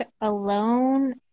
alone